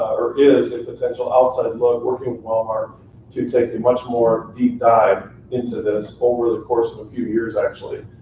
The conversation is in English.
or is a potential outside look working with wellmark to take a much more deep dive into this over the course of a few years actually.